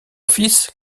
fils